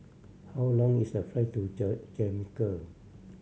how long is the flight to Jamaica